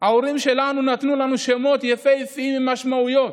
ההורים שלנו נתנו לנו שמות יפהפיים עם משמעויות.